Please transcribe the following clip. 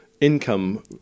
Income